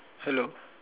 hello